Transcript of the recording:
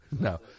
No